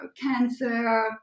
cancer